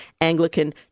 Anglican